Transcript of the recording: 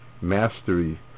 mastery